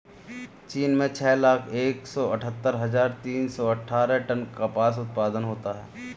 चीन में छह लाख एक सौ अठत्तर हजार तीन सौ अट्ठारह टन कपास उत्पादन होता है